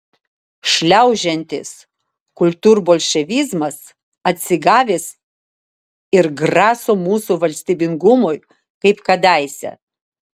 šliaužiantis kultūrbolševizmas atsigavęs ir graso mūsų valstybingumui kaip kadaise